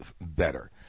better